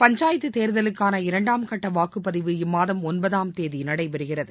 பஞ்சாயத்து தேர்தலுக்கான இரண்டாம் கட்ட வாக்குப் பதிவு இம்மாதம் ஒன்பதாம் தேதி நடைபெறுகிறது